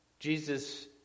Jesus